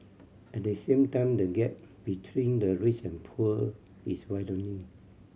at the same time the gap between the rich and poor is widening